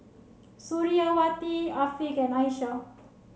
Suriawati Afiq can Aisyah